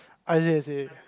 ah yes yes